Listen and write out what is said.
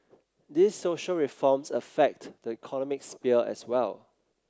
these social reforms affect the economic sphere as well